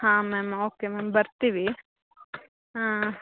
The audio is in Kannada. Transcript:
ಹಾಂ ಮ್ಯಾಮ್ ಓಕೆ ಮ್ಯಾಮ್ ಬರ್ತೀವಿ ಹಾಂ